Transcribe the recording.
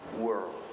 world